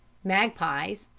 magpies,